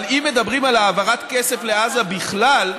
אבל אם מדברים על העברת כסף לעזה בכלל,